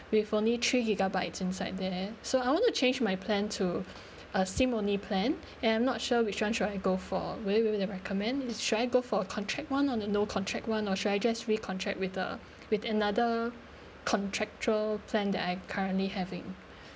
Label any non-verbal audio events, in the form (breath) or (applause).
with only three gigabytes inside there so I want to change my plan to (breath) a SIM only plan (breath) and I'm not sure which one should I go for would it really recommend should I go for contract one or the no contract one or should I just re contract with the with another contractual plan that I currently having (breath)